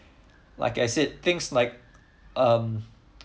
like I said things like um